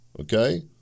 Okay